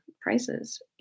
prices